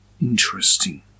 Interesting